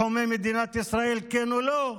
תחומי מדינת ישראל, כן או לא,